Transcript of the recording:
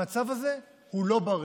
המצב הזה לא בריא.